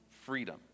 freedom